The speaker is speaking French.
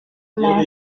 m’en